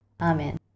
Amen